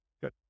Good